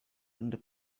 and